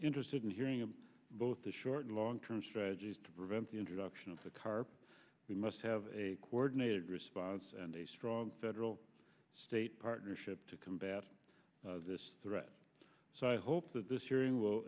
interested in hearing of both the short and long term strategies to prevent the introduction of the car we must have a coordinated response and a strong federal state partnership to combat this threat so i hope that this hearing will